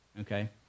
okay